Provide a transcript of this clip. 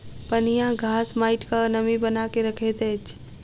पनियाह घास माइटक नमी बना के रखैत अछि